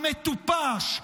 המטופש,